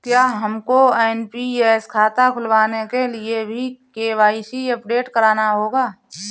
क्या हमको एन.पी.एस खाता खुलवाने के लिए भी के.वाई.सी अपडेट कराना होगा?